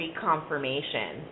reconfirmation